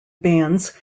bands